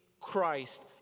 Christ